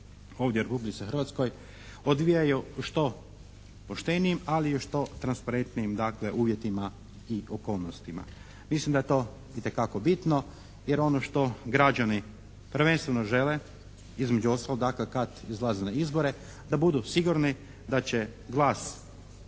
ovdje u Republici Hrvatskoj odvijaju u što poštenijim ali i u što transparentnijim dakle uvjetima i okolnostima. Mislim da je to itekako bitno jer ono što građani prvenstveno žele između ostalog dakle kad izlaze na izbore da budu sigurni da će glas